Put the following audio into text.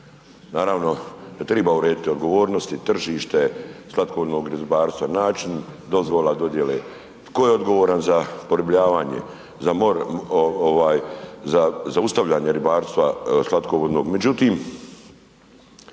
naravno da triba urediti odgovornosti i tržište slatkovodnog ribarstva, način dozvola, dodijele, tko je odgovoran za poribljavanje, za zaustavljanje ribarstva slatkovodnog.